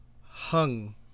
Hung